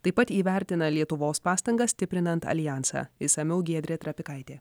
taip pat įvertina lietuvos pastangas stiprinant aljansą išsamiau giedrė trapikaitė